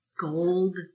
gold